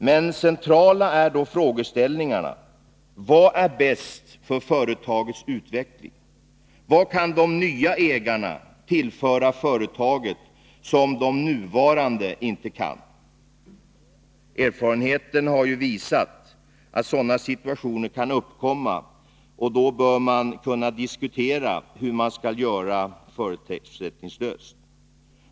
Men centrala är då frågeställningarna: Vad är bäst för företagets utveckling? Vad kan de nya ägarna tillföra företaget som de nuvarande inte kan? Erfarenheten har ju visat att sådana situationer kan uppkomma, och då bör man förutsättningslöst kunna diskutera hur man skall göra.